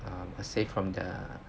um a safe from the